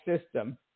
system